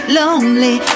lonely